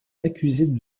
accusés